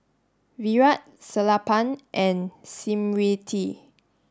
Virat Sellapan and Smriti